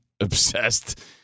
obsessed